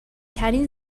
ترین